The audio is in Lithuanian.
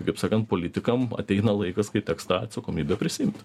kaip sakant politikam ateina laikas kai teks tą atsakomybę prisiimti